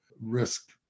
risk